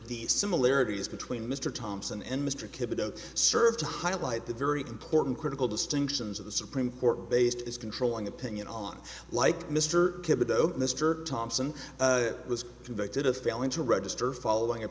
the similarities between mr thompson and mr kimball don't serve to highlight the very important critical distinctions of the supreme court based is controlling opinion on like mr kibeho mr thompson was convicted of failing to register following a